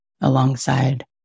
alongside